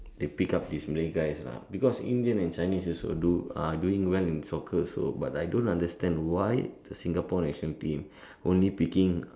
they pick up this Malay guys lah because Indian and Chinese also do are doing well in Singapore also ``but I don't understand why the Singapore national team only picking up